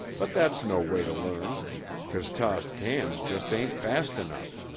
but that's no way to learn cause tossed cans just ain't fast enough.